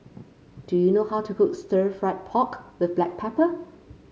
do you know how to cook Stir Fried Pork with Black Pepper